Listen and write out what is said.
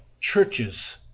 churches